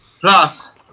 Plus